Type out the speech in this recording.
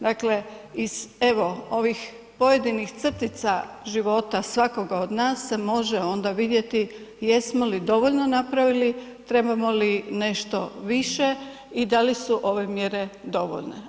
Dakle iz ovih pojedinih crtica života svakoga od nas se može onda vidjeti jesmo li dovoljno napravili, trebamo li nešto više i da li su ove mjere dovoljne.